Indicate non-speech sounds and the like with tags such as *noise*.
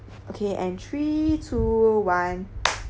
okay and three two one *noise*